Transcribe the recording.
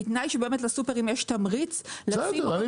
בתנאי שבאמת לסופרים יש תמריץ לשים עוד